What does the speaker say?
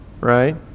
Right